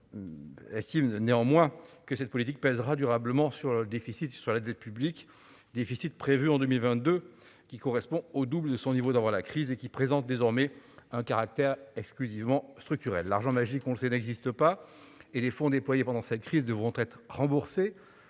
», estime néanmoins que cette politique pèsera durablement sur le déficit et la dette publique, étant rappelé que le déficit prévu en 2022 devrait atteindre le double de son niveau d'avant-crise et qu'il présente désormais un caractère exclusivement structurel. L'argent magique, on le sait, n'existe pas et les fonds déployés pendant cette crise devront être remboursés.